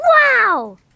Wow